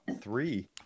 three